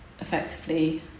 effectively